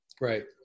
right